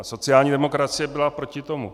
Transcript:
A sociální demokracie byla proti tomu.